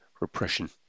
repression